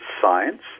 science